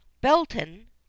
Belton